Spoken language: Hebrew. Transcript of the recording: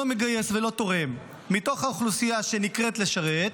מתגייס ולא תורם מתוך האוכלוסייה שנקראת לשרת,